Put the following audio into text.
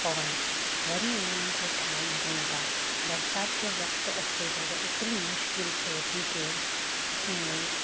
पवनि वरी उन्हनि खे ठाहीनि कोन था बरसाति जो वक़्तु अचे थो त एतिरी मुश्किल थिए थी के उं